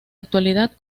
actualidad